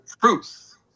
truth